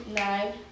nine